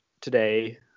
today